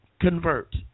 convert